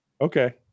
Okay